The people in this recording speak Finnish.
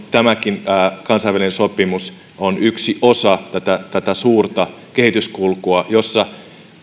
tämäkin kansainvälinen sopimus on yksi osa tätä tätä suurta kehityskulkua jossa